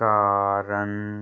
ਕਾਰਨ